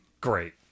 Great